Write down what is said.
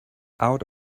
out